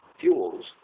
fuels